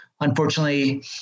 Unfortunately